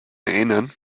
erinnern